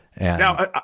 Now